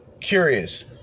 curious